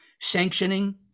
sanctioning